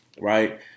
right